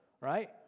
right